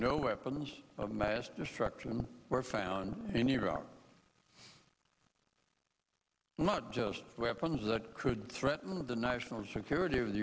no weapons of mass destruction were found in iraq not just weapons that could threaten the national security of the